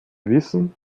wissen